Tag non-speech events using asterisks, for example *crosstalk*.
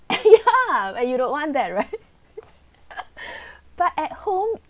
*laughs* ya but you don't want that right *laughs* but at home